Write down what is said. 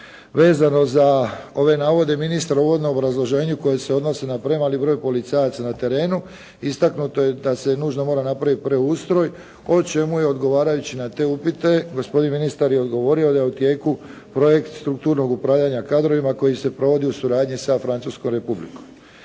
Vezano za ove navode ministar uvodno u obrazloženju koje se odnosi na premali broj policajaca na terenu istaknuto je da se nužno mora napraviti preustroj o čemu je odgovarajući na te upite gospodin ministar je odgovorio da je u tijeku projekt strukturnog upravljanja kadrovima koji se provodi u suradnji sa Francuskom republikom.